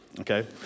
okay